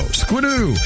squidoo